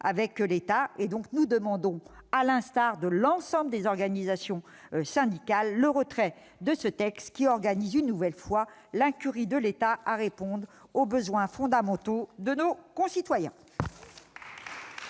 avec l'État. Nous demandons, à l'instar de l'ensemble des organisations syndicales, le retrait de ce texte, qui organise une nouvelle fois l'incurie de l'État à répondre aux besoins fondamentaux de nos concitoyens.